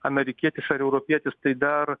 amerikietis ar europietis tai dar